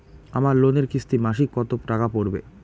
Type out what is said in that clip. আমার লোনের কিস্তি মাসিক কত টাকা পড়বে?